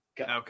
okay